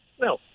No